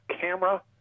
camera